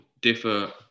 differ